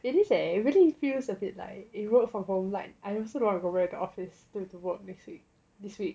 it is leh it really feels a bit like you work from home like I also don't want to go back office to do work next week this week